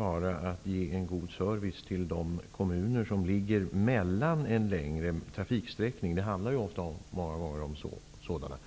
vara att ge en god service till de kommuner som ligger utmed längre trafiksträckningar. Det handlar många gånger om just sådana.